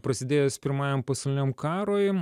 prasidėjus pirmajam pasauliniam karui